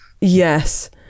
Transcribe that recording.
Yes